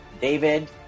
David